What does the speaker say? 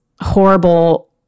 horrible